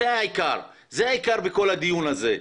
זה העיקר בכל הדיון הזה.